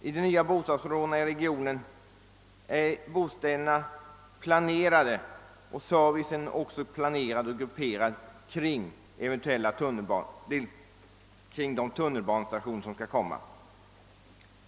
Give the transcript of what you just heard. I de nya bostadsområdena i regionen är bostäder och serviceanordningar även planerade och grupperade kring de tunnelbanestationer som skall byggas.